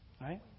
right